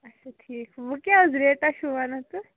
اچھا ٹھیٖکھ وۅں کیٛاہ حظ ریٹاہ چھِو ونان تُہۍ